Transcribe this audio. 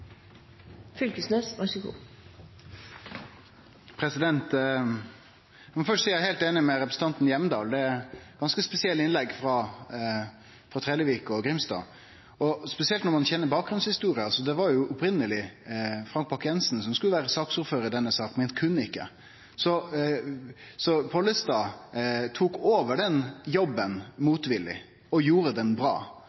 Hjemdal. Det er ganske spesielle innlegg frå Trellevik og Grimstad, og spesielt når ein kjenner bakgrunnshistoria. Det var jo opprinneleg Frank Bakke-Jensen som skulle vere saksordførar i denne saka, men han kunne ikkje. Pollestad tok over den jobben,